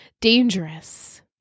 Dangerous